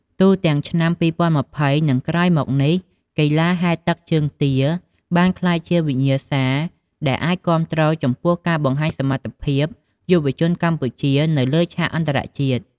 ទូទាំងឆ្នាំ ២០២០ និងក្រោយមកនេះ កីឡាហែលទឹកជើងទាបានក្លាយជា វិញ្ញាសាដែលអាចគាំទ្រចំពោះការបង្ហាញសមត្ថភាពយុវជនកម្ពុជានៅលើឆាកអន្តរជាតិ។